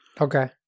Okay